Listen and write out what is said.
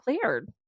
cleared